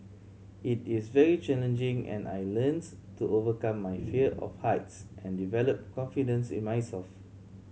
it is very challenging and I learns to overcome my fear of heights and develop confidence in myself